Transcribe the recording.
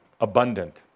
abundant